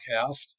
Half